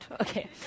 Okay